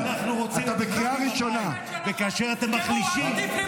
אתם נכשלים.